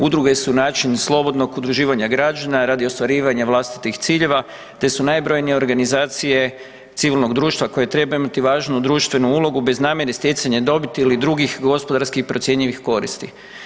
Udruge su način slobodnog udruživanja građana radi ostvarivanja vlastitih ciljeva te su najbrojnije organizacije civilnog društva koje trebaju imati važnu društvenu ulogu bez namjere stjecanja dobiti ili drugih gospodarskih i procjenjivih koristi.